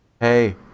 hey